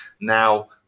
Now